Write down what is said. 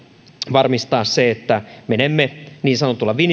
varmistaa se että menemme niin sanotulla